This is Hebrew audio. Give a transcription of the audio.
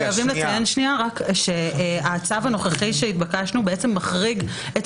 חייבים לציין שהצו הנוכחי בעצם מחריג את